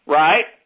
right